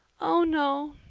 oh, no,